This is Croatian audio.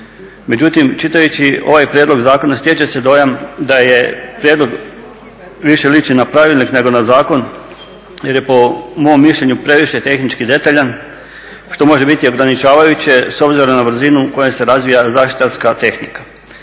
Međutim čitajući ovaj prijedlog zakona stječe se dojam da prijedlog više liči na pravilnik nego na zakon jer je po mom mišljenju previše tehnički detaljan što može biti ograničavajuće s obzirom na brzinu kojom se razvija zaštitarska tehnika.